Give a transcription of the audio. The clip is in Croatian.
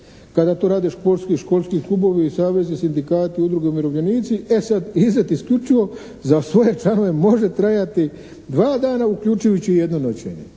rade športski, školski klubovi, savezi, sindikati, udruge, umirovljenici e sad izlet isključivo za svoj članove može trajati 2 dana uključujući jedno noćenje,